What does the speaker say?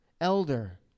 elder